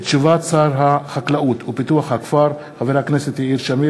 תשובת שר החקלאות ופיתוח הכפר חבר הכנסת יאיר שמיר